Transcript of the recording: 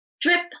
Drip